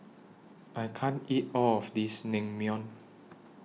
I can't eat All of This Naengmyeon